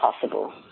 possible